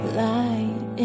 light